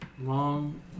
long